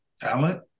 talent